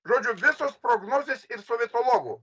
žodžiu visos prognozės ir sovietologų